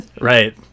Right